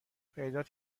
پیدات